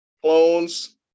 Clones